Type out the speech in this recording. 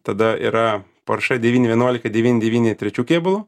tada yra porsche devyni vienuolika devyni devyni trečiu kėbulu